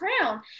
crown